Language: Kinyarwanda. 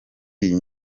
iyi